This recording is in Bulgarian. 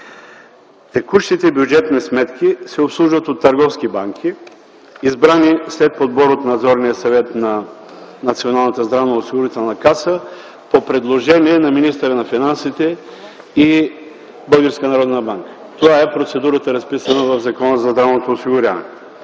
Текущите бюджетни сметки се обслужват от търговски банки, избрани след подбор от Надзорния съвет на Националната здравноосигурителна каса по предложение на министъра на финансите и Българската народна банка. Това е процедурата, разписана в Закона за здравното осигуряване.